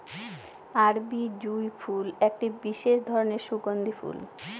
আরবি জুঁই ফুল একটি বিশেষ ধরনের সুগন্ধি ফুল